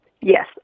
Yes